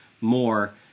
more